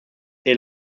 est